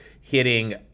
Hitting